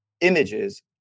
images